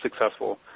successful